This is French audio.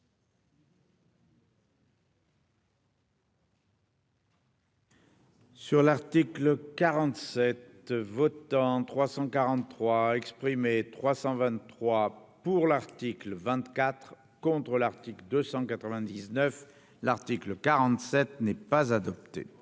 Sur l'article 47 Votants 343 exprimés 323 pour l'article 24 contre l'Arctique 299 l'article 47 n'est pas adopté.